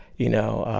you know,